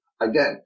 Again